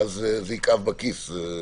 ואז זה יכאב בכיס.